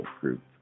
group